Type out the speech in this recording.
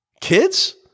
kids